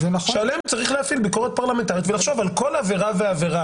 שעליהם צריך להפעיל ביקורת פרלמנטרית ולחשוב על כל עבירה ועבירה